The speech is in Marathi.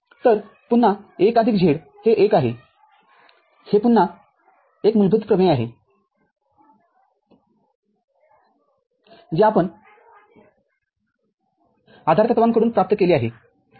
तर पुन्हा १ आदिक z हे १ आहे हे पुन्हा एक मूलभूत प्रमेय आहे जे आपण आधारतत्वांकडूनप्राप्त केले आहे ठीक आहे